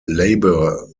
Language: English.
labour